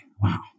Wow